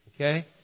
Okay